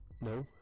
no